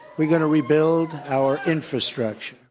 we're going to rebuild our infrastructure.